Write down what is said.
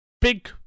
big